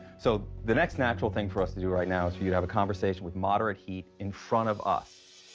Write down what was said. so, the next natural thing for us to do right now is for you to have a conversation with moderate heat in front of us.